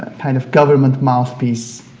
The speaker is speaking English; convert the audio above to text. ah kind of government mouthpiece,